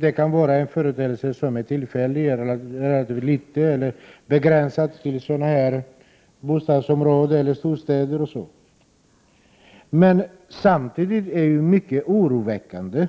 Det kan självfallet vara en tillfällig företeelse, begränsad till vissa bostadsområden, storstäder eller så. Men samtidigt är det mycket oroväckande